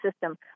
system